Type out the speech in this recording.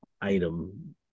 item